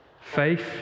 Faith